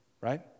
Right